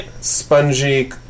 spongy